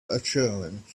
assurance